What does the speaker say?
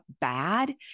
bad